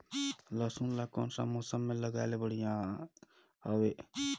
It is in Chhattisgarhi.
लसुन ला कोन सा मौसम मां लगाय ले बढ़िया हवे?